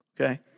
okay